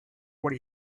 when